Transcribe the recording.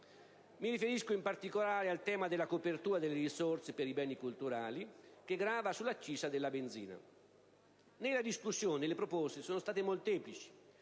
mi riferisco in particolare al tema della copertura delle risorse per i beni culturali, che grava sull'accisa della benzina. Nella discussione le proposte sono state molteplici,